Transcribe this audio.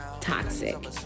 toxic